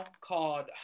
called